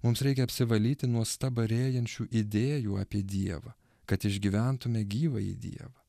mums reikia apsivalyti nuo stabarėjančių idėjų apie dievą kad išgyventume gyvąjį dievą